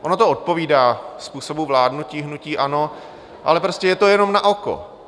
Ono to odpovídá způsobu vládnutí hnutí ANO, ale prostě je to jenom na oko.